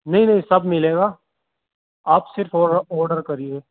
نہیں نہیں سب ملے گا آپ صرف آرڈر کریے